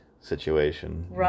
situation